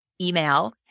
email